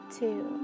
two